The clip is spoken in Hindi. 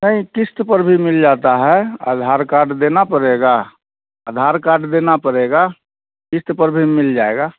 नहीं किश्त पर भी मिल जाता है आधार कार्ड देना पड़ेगा आधार कार्ड देना पड़ेगा किस्त पर भी मिल जाएगा